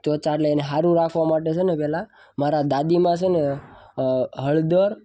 ત્વચા ને ને સારું રાખવા માટે છે ને પહેલાં મારા દાદીમા છે ને હળદર